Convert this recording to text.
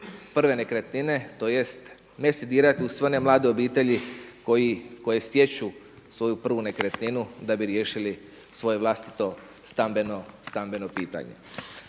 prve nekretnine, to jest, ne se dirati u sve one mlade obitelji koje stječu svoju prvu nekretninu da bi riješili svoje vlastito stambeno pitanje.